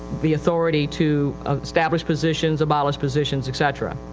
the authority to establish positions, abolish positions, etc.